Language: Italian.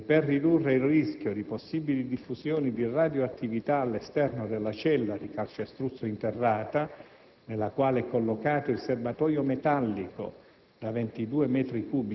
si informa che, per ridurre il rischio di possibili diffusioni di radioattività all'esterno della cella di calcestruzzo interrata, nella quale è collocato il serbatoio metallico